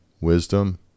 wisdom